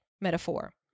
metaphor